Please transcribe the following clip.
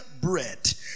bread